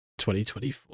2024